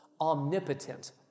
Omnipotent